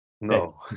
no